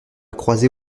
croiser